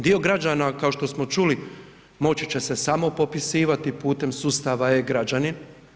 Dio građana kao što smo čuli moći će se samo popisivati putem sustava e-Građani.